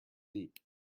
deep